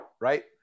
right